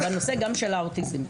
והנושא גם של האוטיסטים,